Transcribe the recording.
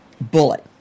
Bullet